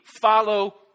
Follow